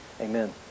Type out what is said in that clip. amen